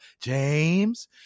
James